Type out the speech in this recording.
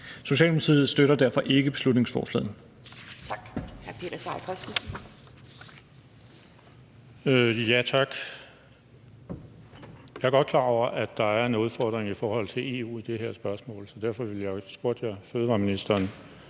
Socialdemokratiet støtter derfor ikke beslutningsforslaget.